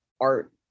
art